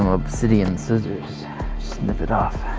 um obsidian scissors snip it off